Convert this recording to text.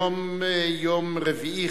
היום יום רביעי,